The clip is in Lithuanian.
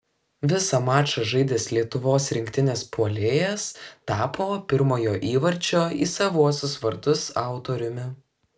visą mačą žaidęs lietuvos rinktinės puolėjas tapo pirmojo įvarčio į savuosius vartus autoriumi